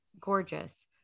Gorgeous